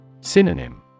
Synonym